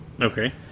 Okay